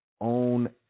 own